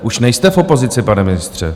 Už nejste v opozici, pane ministře.